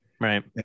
right